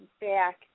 back